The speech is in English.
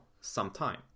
sometime